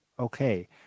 Okay